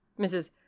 Mrs